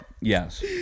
Yes